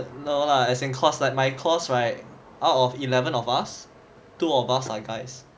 no lah as in cause like my course right out of eleven of us two of us are guys